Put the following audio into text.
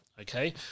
Okay